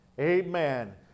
amen